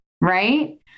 right